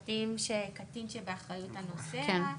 יש פרטים על קטין שבאחריות הנוסע,